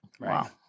Wow